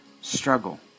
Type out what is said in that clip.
struggle